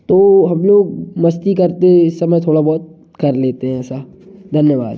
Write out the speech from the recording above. तो हम लोग मस्ती करते समय थोड़ा बहुत कर लेते हैं ऐसा धन्यवाद